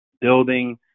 building